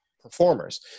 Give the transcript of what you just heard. performers